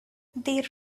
they